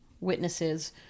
witnesses